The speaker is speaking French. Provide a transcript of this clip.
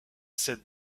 cette